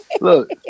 look